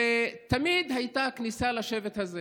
ותמיד הייתה כניסה לשבט הזה.